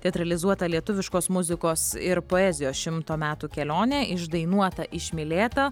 teatralizuota lietuviškos muzikos ir poezijos šimto metų kelionė išdainuota išmylėta